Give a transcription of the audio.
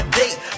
date